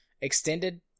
extended